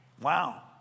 Wow